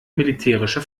militärische